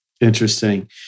Interesting